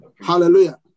Hallelujah